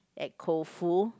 at Koufu